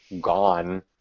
gone